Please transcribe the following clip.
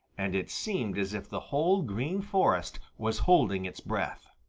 and it seemed as if the whole green forest was holding its breath.